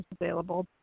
available